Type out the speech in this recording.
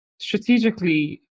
Strategically